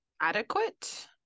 adequate